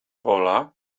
pola